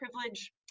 privilege